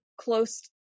close